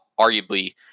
arguably